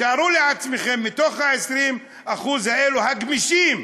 תארו לעצמכם, מ-20% האלה, הגמישים,